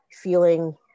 feeling